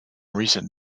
recent